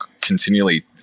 continually